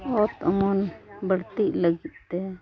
ᱚᱛ ᱚᱢᱚᱱ ᱵᱟᱹᱲᱛᱤᱜ ᱞᱟᱹᱜᱤᱫᱛᱮ